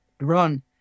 run